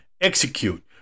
execute